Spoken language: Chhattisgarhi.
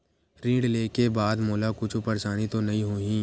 ऋण लेके बाद मोला कुछु परेशानी तो नहीं होही?